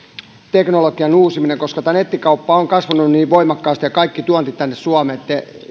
teknologian uusiminen koska tämä nettikauppa on kasvanut niin voimakkaasti ja kaikki tuonti tänne suomeen että